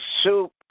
soup